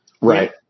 Right